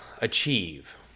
achieve